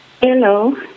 Hello